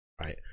right